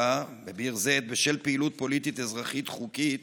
ביר זית בשל פעילות פוליטית אזרחית חוקית